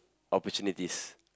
opportunities